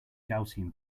gaussian